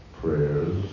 prayers